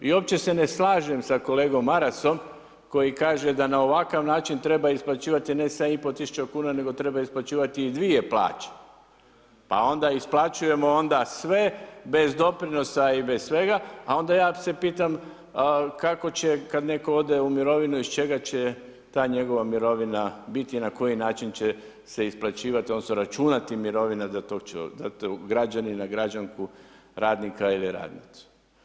I uopće se ne slažem sa kolegom Marasom koji kaže da ovakav način treba isplaćivati ne 7500 kuna nego treba isplaćivati i dvoje plaće, pa onda isplaćujemo onda sve bez doprinosa i bez svega, a onda ja se pitamo kako će kad netko ode u mirovinu, iz čega će ta njegova mirovina biti i na koji način će se isplaćivati odnosno računati mirovina za tog građanina, građanku, radnika ili radnicu.